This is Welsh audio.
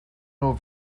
nhw